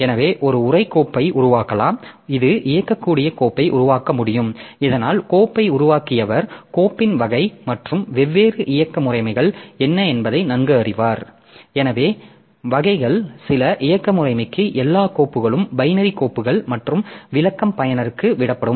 எனவே ஒரு உரை கோப்பை உருவாக்கலாம் ஒரு இயங்கக்கூடிய கோப்பை உருவாக்க முடியும் இதனால் கோப்பை உருவாக்கியவர் கோப்பின் வகை மற்றும் வெவ்வேறு இயக்க முறைமைகள் என்ன என்பதை நன்கு அறிவார் எனவே வகைகள் சில இயக்க முறைமைக்கு எல்லா கோப்புகளும் பைனரி கோப்புகள் மற்றும் விளக்கம் பயனருக்கு விடப்படும்